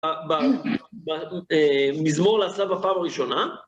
ב... ב.. במזמור לאסף בפעם הראשונה.